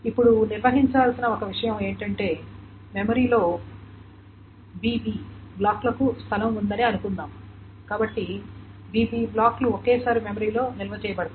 ఇప్పుడు నిర్వహించాల్సిన ఒక విషయం ఏమిటంటే మెమరీ లో bb బ్లాక్లకు స్థలం ఉందని అనుకుందాం కాబట్టి bb బ్లాక్లు ఒకేసారి మెమరీలో నిల్వ చేయబడతాయి